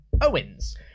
Owens